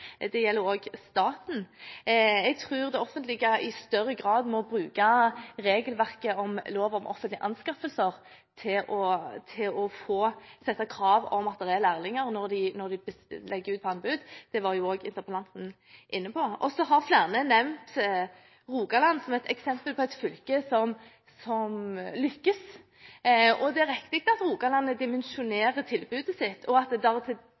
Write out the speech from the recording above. det gjelder staten. Jeg tror det offentlige i større grad må bruke regelverket om lov om offentlige anskaffelser til å stille krav om at det er lærlinger når det legges ut anbud. Det var også interpellanten inne på. Flere har nevnt Rogaland som eksempel på et fylke som lykkes. Det er riktig at Rogaland dimensjonerer tilbudet sitt, og at